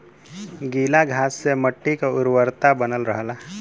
गीला घास से मट्टी क उर्वरता बनल रहला